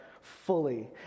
fully